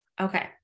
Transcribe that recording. Okay